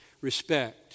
respect